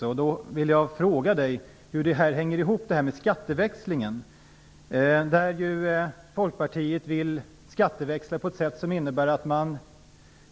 Jag vill då fråga Bengt Westerberg hur det förhåller sig med skatteväxlingen. Folkpartiet vill skatteväxla på ett sätt som innebär att man